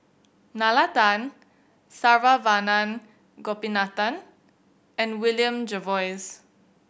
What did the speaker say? Nalla Tan Saravanan Gopinathan and William Jervois